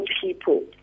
people